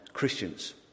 Christians